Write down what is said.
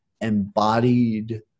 embodied